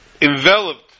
enveloped